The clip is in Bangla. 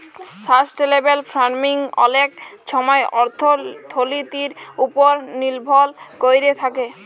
সাসট্যালেবেল ফার্মিং অলেক ছময় অথ্থলিতির উপর লির্ভর ক্যইরে থ্যাকে